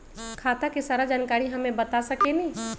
खाता के सारा जानकारी हमे बता सकेनी?